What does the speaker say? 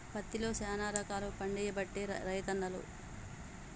పత్తిలో శానా రకాలు పండియబట్టే రైతన్నలు